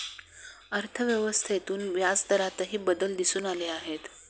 अर्थव्यवस्थेतून व्याजदरातही बदल दिसून आले आहेत